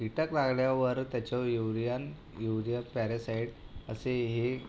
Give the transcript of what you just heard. कीटक लागल्यावर त्याच्यावर युरिया न् युरिया पॅरेसाईट असे हे